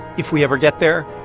if we ever get there,